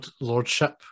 Lordship